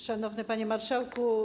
Szanowny Panie Marszałku!